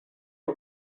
are